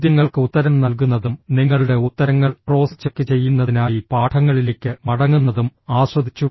ചോദ്യങ്ങൾക്ക് ഉത്തരം നൽകുന്നതും നിങ്ങളുടെ ഉത്തരങ്ങൾ ക്രോസ് ചെക്ക് ചെയ്യുന്നതിനായി പാഠങ്ങളിലേക്ക് മടങ്ങുന്നതും ആസ്വദിച്ചു